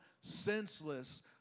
senseless